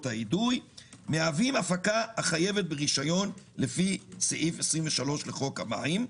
האידוי מהווים הפקה החייבת ברשיון לפי סעיף 23 לחוק המים.